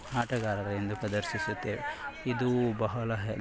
ಆಟಗಾರರೆಂದು ಪ್ರದರ್ಶಿಸುತ್ತೇವೆ ಇದು ಬಹಳ ಹೆಲ್ಪ್